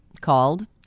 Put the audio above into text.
called